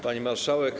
Pani Marszałek!